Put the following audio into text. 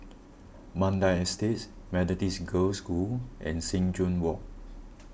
Mandai Estate Methodist Girls' School and Sing Joo Walk